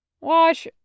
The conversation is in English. Wash